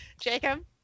Jacob